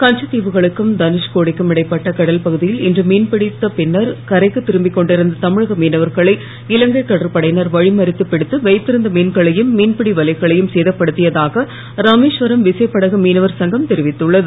கச்சத்திவுக்கும் தனுஷ்கோடிக்கும் இடைப்பட்ட கடல் பகுதியில் இன்று மீன்பிடித்த பின்னர் கரைக்குத் திரும்பிக் கொண்டிருந்த தமிழக மீனவர்களை இலங்கை கடற்படையினர் வழிமறித்து பிடித்து வைத்திருந்த மீன்களையும் மீன்பிடி வலைகளையும் சேதப்படுத்தியதாக ராமேஸ்வரம் விசைப்படகு மீனவர் சங்கம் தெரிவித்துள்ளது